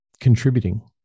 contributing